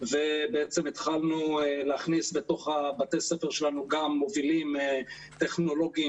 ובעצם התחלנו להכניס בתוך בתי הספר שלנו גם מובילים טכנולוגיים,